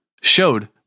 showed